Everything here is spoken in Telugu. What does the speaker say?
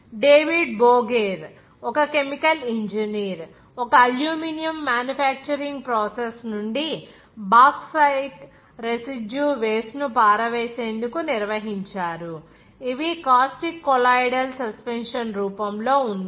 డేవిడ్ బోగెర్ఒక కెమికల్ ఇంజనీర్ ఒక అల్యూమినియం మ్యానుఫ్యాక్చరింగ్ ప్రాసెస్ నుండి బాక్సైట్ రెసిడ్యూ వేస్ట్ ను పారవేసేందుకు నిర్వహించారు ఇవి కాస్టిక్ కొలాయిడల్ సస్పెన్షన్ రూపంలో ఉన్నాయి